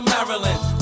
Maryland